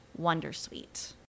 wondersuite